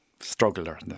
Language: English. Struggler